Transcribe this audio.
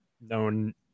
known –